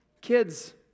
Kids